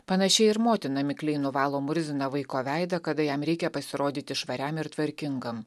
panašiai ir motina mikliai nuvalo murziną vaiko veidą kada jam reikia pasirodyti švariam ir tvarkingam